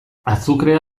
azukrea